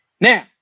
Now